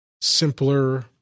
simpler